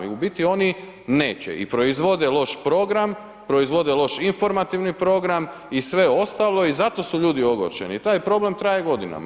I u biti oni neće i proizvode loš program, proizvode loš informativni program i sve ostalo i zato su ljudi ogorčeni i taj problem traje godinama.